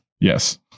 Yes